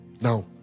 Now